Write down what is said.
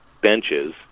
benches